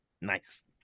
Nice